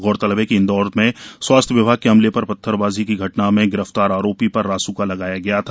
गौरतलब है इंदौर में स्वास्थ्य विभाग के अमले पर पत्थरबाजी की घटना में गिरफ्तार आरोपी पर रास्का लगाया गया था